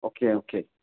okay okay